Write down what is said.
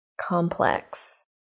complex